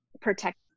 protect